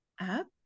up